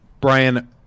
Brian